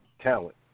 talent